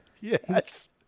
Yes